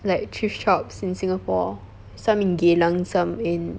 like thrift shops in singapore some in geylang some in